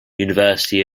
university